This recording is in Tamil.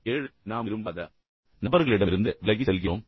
ஏழு நாம் விரும்பாத நபர்களிடமிருந்து விலகிச் செல்கிறோம்